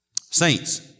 saints